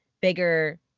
bigger